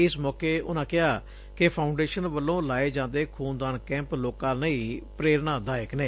ਇਸ ਮੌਕੇ ਉਨੁਾ ਕਿਹਾ ਕਿ ਫਾਉਂਡੇਸ਼ਨ ਵਲੋ ਲਾਏ ਜਾਂਦੇ ਖੁਨ ਦਾਨ ਕੈਂਪ ਲੋਕਾ ਲਈ ਪੇਰਨਾ ਦਾਇਕ ਨੇ